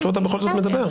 מדוע אתה בכל זאת מדבר?